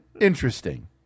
interesting